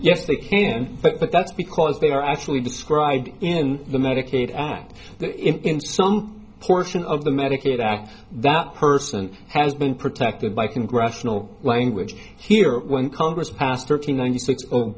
yes they can but that's because they are actually described in the medicaid act in some portion of the medicaid act that person has been protected by congressional language here when congress passed the ninety six